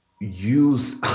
use